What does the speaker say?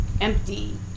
empty